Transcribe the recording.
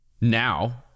now